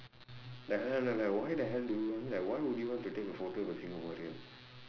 like like like why the hell do you I mean like why the hell would you want to take a photo with a singaporean